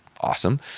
awesome